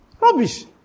Rubbish